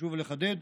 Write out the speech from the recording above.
חשוב לחדד,